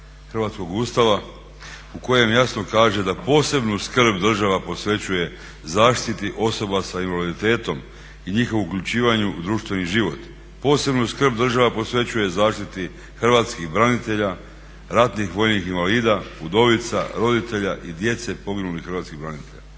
hrvatskog Ustava u kojem jasno kaže da posebnu skrb država posvećuje zaštiti osoba sa invaliditetom i njihovu uključivanju u društveni život. Posebnu skrb država posvećuje zaštiti hrvatskih branitelja, ratnih vojnih invalida, udovica, roditelja i djece poginulih hrvatskih branitelja.